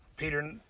Peter